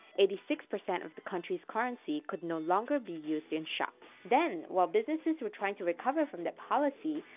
eighty six percent of the country's currency could no longer be used in shops. then, while businesses were trying to recover from that policy,